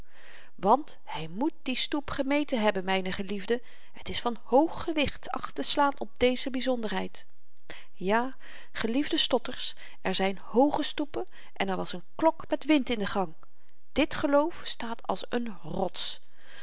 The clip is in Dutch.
want hy moet die stoep gemeten hebben myne geliefden het is van hoog gewicht achtteslaan op deze byzonderheid ja geliefde stotters er zyn hooge stoepen en er was een klok met wind in den gang dit geloof staat als een rots